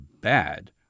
bad